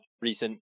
recent